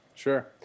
Sure